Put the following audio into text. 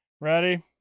Ready